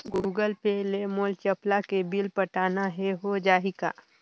Google pay ले मोल चपला के बिल पटाना हे, हो जाही का?